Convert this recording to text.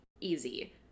easy